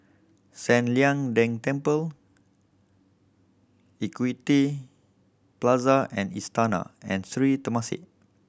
San Lian Deng Temple Equity Plaza and Istana and Sri Temasek